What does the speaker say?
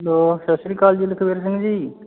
hello ਸਤਿ ਸ਼੍ਰੀ ਅਕਾਲ ਜੀ ਲਖਵੀਰ ਸਿੰਘ ਜੀ